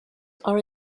are